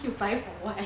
then you buy for what